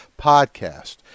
Podcast